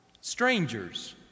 Strangers